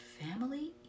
family